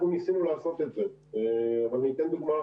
ניסינו לעשות את זה אבל אני אתן דוגמה הפוכה.